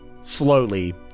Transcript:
slowly